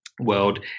world